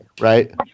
right